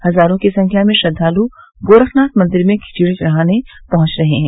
हजारों की संख्या में श्रद्वालु गोरखनाथ मंदिर में खिचड़ी चढ़ाने पहुंच रहे हैं